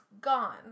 gone